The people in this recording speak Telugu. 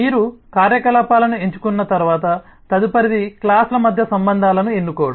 మీరు కార్యకలాపాలను ఎంచుకున్న తర్వాత తదుపరిది క్లాస్ ల మధ్య సంబంధాలను ఎన్నుకోవడం